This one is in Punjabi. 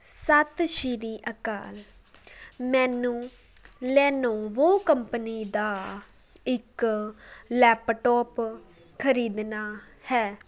ਸਤਿ ਸ਼੍ਰੀ ਅਕਾਲ ਮੈਨੂੰ ਲੈਨੋਵੋ ਕੰਪਨੀ ਦਾ ਇੱਕ ਲੈੱਪਟੋਪ ਖਰੀਦਣਾ ਹੈ